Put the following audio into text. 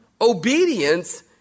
Obedience